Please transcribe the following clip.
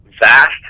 fast